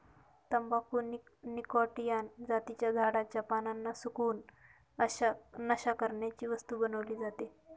तंबाखू निकॉटीयाना जातीच्या झाडाच्या पानांना सुकवून, नशा करण्याची वस्तू बनवली जाते